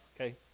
okay